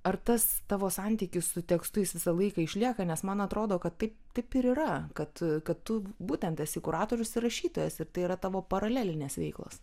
ar tas tavo santykis su tekstu jis visą laiką išlieka nes man atrodo kad taip taip ir yra kad kad tu būtent esi kuratorius ir rašytojas ir tai yra tavo paralelinės veiklos